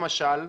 למשל,